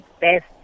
best